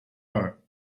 her